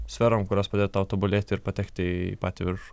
sferom kurios padėtų tau tobulėti ir patekti į patį viršų